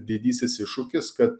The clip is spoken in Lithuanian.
didysis iššūkis kad